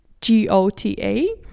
G-O-T-A